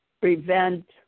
prevent